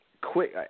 quick